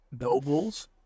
nobles